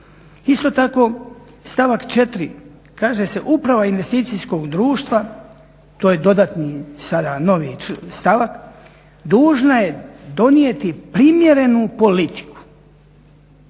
Isto tako stavak 4.kaže se uprava investicijskog društva to je dodatni sada novi stavak dužna je donijeti primjerenu politiku.